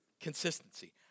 consistency